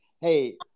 Hey